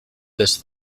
this